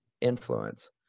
influence